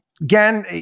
again